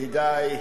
ידידי,